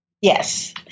Yes